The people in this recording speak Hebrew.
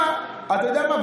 אתה יודע מה,